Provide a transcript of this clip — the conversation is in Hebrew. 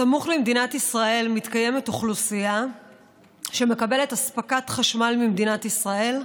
סמוך למדינת ישראל מתקיימת אוכלוסייה שמקבלת אספקת חשמל ממדינת ישראל.